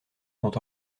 sont